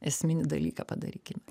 esminį dalyką padarykime